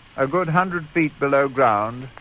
a good hundred feet below ground,